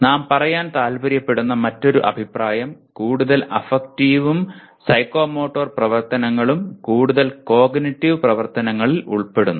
നാം പറയാൻ താൽപ്പര്യപ്പെടുന്ന മറ്റൊരു അഭിപ്രായം കൂടുതൽ അഫക്റ്റീവും സൈക്കോമോട്ടർ പ്രവർത്തനങ്ങളും കൂടുതൽ കോഗ്നിറ്റീവ് പ്രവർത്തനങ്ങളിൽ ഉൾപ്പെടുന്നു